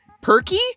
perky